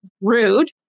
rude